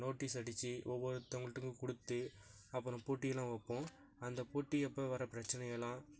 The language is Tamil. நோட்டீஸ் அடித்து ஒவ்வொருத்தவங்க வீட்டுக்கும் கொடுத்து அப்புறம் போட்டியெலாம் வைப்போம் அந்த போட்டியப்போது வர்ற பிரச்சினையெல்லாம்